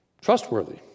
Trustworthy